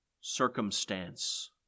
circumstance